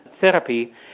therapy